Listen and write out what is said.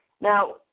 now